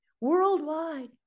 worldwide